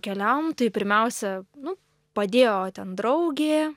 keliavom tai pirmiausia nu padėjo ten draugė